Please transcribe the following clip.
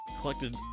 collected